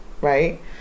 right